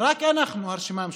ורק אנחנו, הרשימה המשותפת,